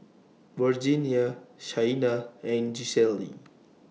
Virginia Shaina and Gisselle